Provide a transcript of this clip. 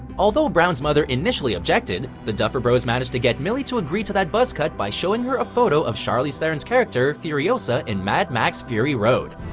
although brown's mother initially objected, the duffer bros managed to get millie to agree to that buzzcut by showing her a photo of charlize theron's character furiosa in mad max fury road.